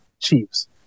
Chiefs